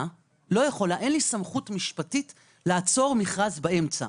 אין לי סמכות משפטית לעצור מכרז באמצע.